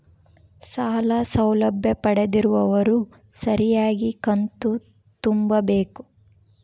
ಸಾಲ ಸೌಲಭ್ಯ ಪಡೆದಿರುವವರು ಸರಿಯಾಗಿ ಕಂತು ತುಂಬಬೇಕು?